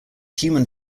human